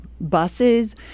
buses